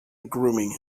grooming